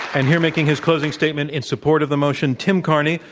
and here making his closing statement in support of the motion, tim carney,